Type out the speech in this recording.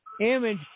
Image